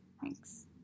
Thanks